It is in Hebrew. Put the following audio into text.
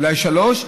אולי שלוש.